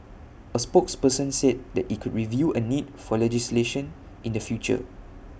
A spokesperson said then IT could review A need for legislation in the future